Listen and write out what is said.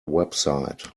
website